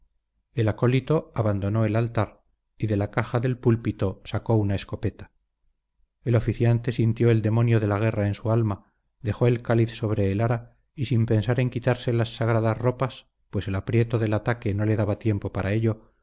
el acólito abandonó el altar y de la caja del púlpito sacó una escopeta el oficiante sintió el demonio de la guerra en su alma dejó el cáliz sobre el ara y sin pensar en quitarse las sagradas ropas pues el aprieto del ataque no le daba tiempo para ello